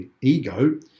ego